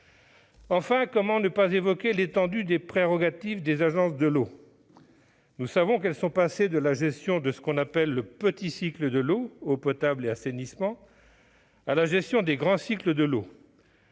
Enfin, comment ne pas évoquer l'étendue des prérogatives des agences de l'eau ? Nous savons qu'elles sont passées de la gestion de ce que l'on appelle « le petit cycle de l'eau »- eau potable et assainissement -à celle des « grands cycle de l'eau